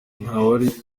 ntawari